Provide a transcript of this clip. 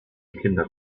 kinder